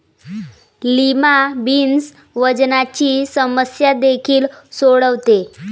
lima beans वजनाची समस्या देखील सोडवते